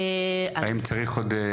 האם צריך עוד?